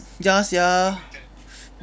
ya sia